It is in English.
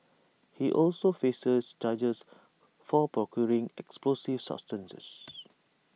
he also faces charges for procuring explosive substances